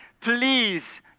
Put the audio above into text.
Please